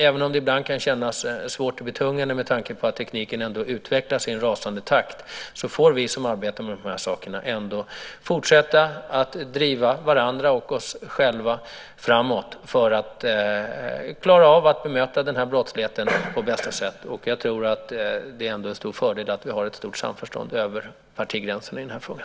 Även om det ibland kan kännas svårt och betungande med tanke på att tekniken utvecklas i en rasande takt får vi som arbetar med dessa saker fortsätta att driva varandra och oss själva framåt för att klara av att bemöta denna brottslighet på bästa sätt. Jag tror ändå att det är en stor fördel att vi har ett stort samförstånd över partigränserna i den här frågan.